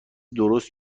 درست